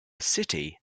city